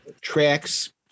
tracks